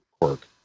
quirk